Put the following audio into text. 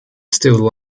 still